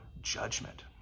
judgment